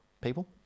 People